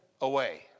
away